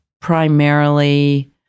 primarily